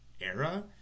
era